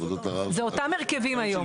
זה אותם הרכבים היום.